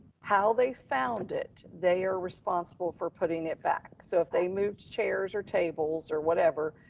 how they found it, they are responsible for putting it back. so if they moved chairs or tables or whatever,